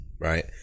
right